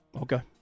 Okay